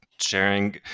sharing